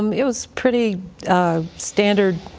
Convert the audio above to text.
um it was pretty standard